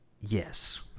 Yes